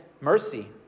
mercy